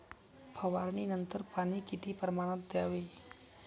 फवारणीनंतर पाणी किती प्रमाणात द्यावे?